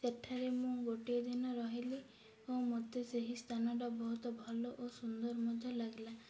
ସେଠାରେ ମୁଁ ଗୋଟିଏ ଦିନ ରହିଲି ଓ ମୋତେ ସେହି ସ୍ଥାନଟା ବହୁତ ଭଲ ଓ ସୁନ୍ଦର ମଧ୍ୟ ଲାଗିଲା